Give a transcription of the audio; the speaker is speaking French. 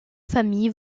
familles